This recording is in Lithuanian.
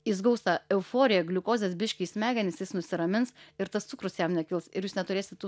jis gaus tą euforiją gliukozės biškį į smegenis jis nusiramins ir tas cukrus jam nekils ir jūs neturėsit tų